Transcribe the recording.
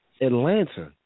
Atlanta